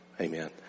Amen